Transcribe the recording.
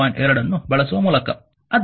2 ಅನ್ನು ಬಳಸುವ ಮೂಲಕ